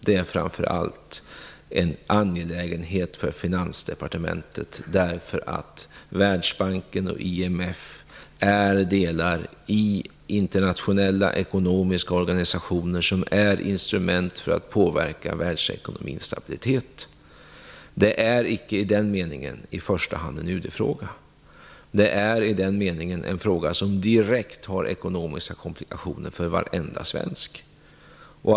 Detta är framför allt en angelägenhet för Finansdepartementet därför att Världsbanken och IMF är delar i internationella ekonomiska organisationer som är instrument för att påverka världsekonomins stabilitet. Det är i den meningen icke i första hand en UD-fråga. Det är i den meningen en fråga som direkt har ekonomiska komplikationer för varenda svensk.